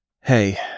Hey